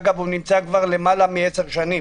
אגב הוא נמצא כבר למעלה מעשר שנים.